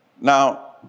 Now